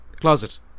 closet